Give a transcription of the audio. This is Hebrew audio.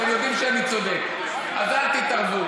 אתם יודעים שאני צודק, אז אל תתערבו.